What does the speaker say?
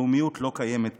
לאומיות לא קיימת פה.